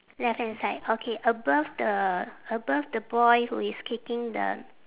left hand side okay above the above the boy who is kicking the